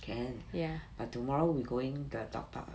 can but tomorrow we going the dog park ah